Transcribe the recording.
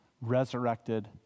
resurrected